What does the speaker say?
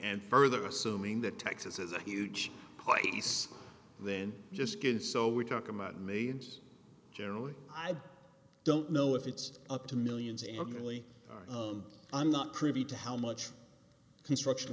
and further assuming that texas has a huge price then just skin so we're talking about millions generally i don't know if it's up to millions integrally i'm not privy to how much construction